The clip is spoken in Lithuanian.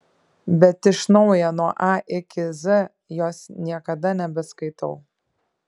bet iš naujo nuo a iki z jos niekada nebeskaitau